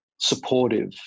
supportive